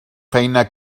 feina